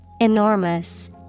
Enormous